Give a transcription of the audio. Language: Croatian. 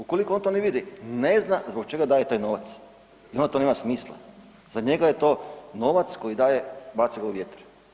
Ukoliko on to ne vidi, ne zna zbog čega daje taj novac i onda to nema smisla, za njega je to novac koji daje, baca ga u vjetar.